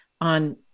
on